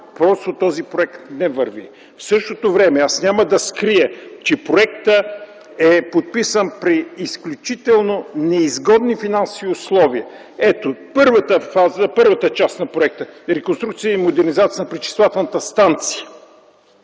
проект просто не върви. В същото време аз няма да скрия, че проектът е подписан при изключително неизгодни финансови условия. Ето, първата фаза, първата част на проекта е реконструкция и модернизация на пречиствателната станция.